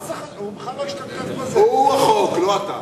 הוא החוק, לא אתה.